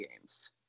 games